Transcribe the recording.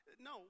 No